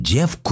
Jeff